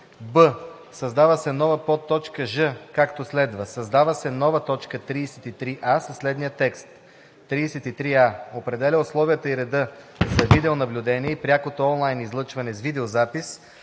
Б/ Създава се нова подточка ж), както следва: „създава се нова точка 33а със следния текст: „33а. Определя условията и реда за видеонаблюдението и прякото онлайн излъчване с видеозапис